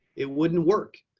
it wouldn't work.